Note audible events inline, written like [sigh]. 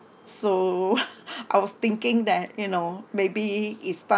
so [laughs] I was thinking that you know maybe is time